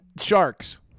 Sharks